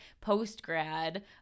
post-grad